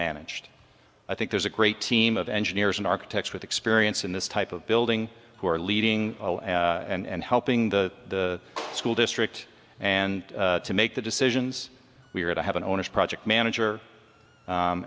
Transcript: managed i think there's a great team of engineers and architects with experience in this type of building who are leading and helping the school district and to make the decisions we are to have an owners project manager